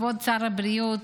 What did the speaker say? כבוד השר הבריאות,